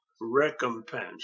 recompense